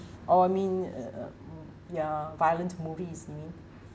oh I mean uh uh mm ya violence movies you mean